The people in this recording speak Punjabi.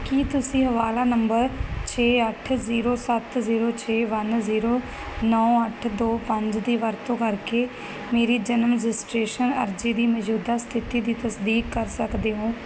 ਕੀ ਤੁਸੀਂ ਹਵਾਲਾ ਨੰਬਰ ਛੇ ਅੱਠ ਜ਼ੀਰੋ ਸੱਤ ਜ਼ੀਰੋ ਛੇ ਵਨ ਜ਼ੀਰੋ ਨੌਂ ਅੱਠ ਦੋ ਪੰਜ ਦੀ ਵਰਤੋਂ ਕਰਕੇ ਮੇਰੀ ਜਨਮ ਰਜਿਸਟ੍ਰੇਸ਼ਨ ਅਰਜ਼ੀ ਦੀ ਮੌਜੂਦਾ ਸਥਿਤੀ ਦੀ ਤਸਦੀਕ ਕਰ ਸਕਦੇ ਹੋ